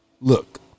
Look